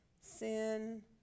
Sin